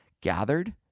gathered